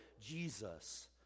Jesus